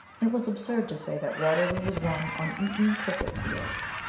it was absurd to say that waterloo was won on eton cricket-fields.